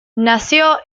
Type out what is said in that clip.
nació